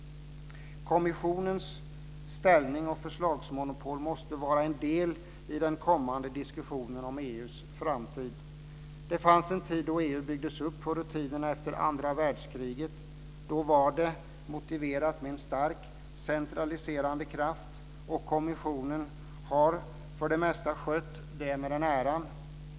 Kommissionens ställning och förslagsmonopol måste vara en del i den kommande diskussionen om EU:s framtid. Det fanns en tid då EU byggdes upp på ruinerna efter andra världskriget. Då var det motiverat med en stark, centraliserande, kraft. Kommissionen har för det mesta skött det med den äran.